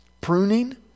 Pruning